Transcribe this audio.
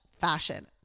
fashion